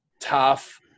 tough